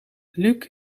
luuk